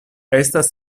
estas